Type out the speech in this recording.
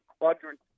Quadrant